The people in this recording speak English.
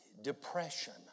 depression